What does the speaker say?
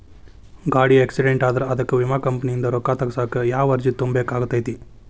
ಗಾಡಿ ಆಕ್ಸಿಡೆಂಟ್ ಆದ್ರ ಅದಕ ವಿಮಾ ಕಂಪನಿಯಿಂದ್ ರೊಕ್ಕಾ ತಗಸಾಕ್ ಯಾವ ಅರ್ಜಿ ತುಂಬೇಕ ಆಗತೈತಿ?